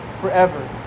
forever